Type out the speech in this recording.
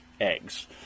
eggs